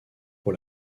pour